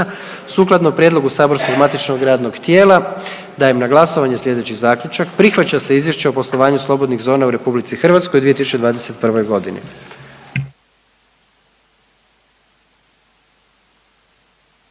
Sukladno prijedlogu saborskog matičnog radnog tijela dajem na glasovanje sljedeći zaključak: „Prihvaća se Izvješće o poslovanju slobodnih zona u RH u 2021.g.“.